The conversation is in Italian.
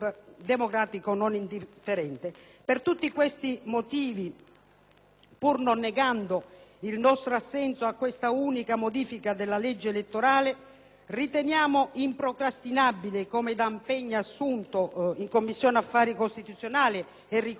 pur non negando il nostro assenso a questa unica modifica della legge elettorale, riteniamo improcrastinabile, come da impegno assunto in Commissione affari costituzionali e come ricordato dal collega Ceccanti, ritornare sulla questione